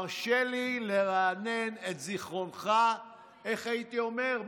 הרשה לי לרענן את זיכרונך, איך הייתי אומר?